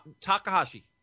takahashi